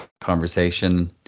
conversation